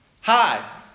Hi